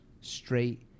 straight